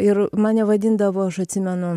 ir mane vadindavo aš atsimenu